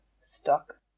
stuck